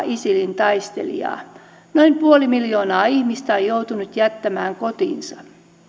isilin taistelijaa noin puoli miljoonaa ihmistä on joutunut jättämään kotinsa